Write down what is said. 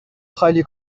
خالی